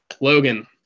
Logan